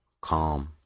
calm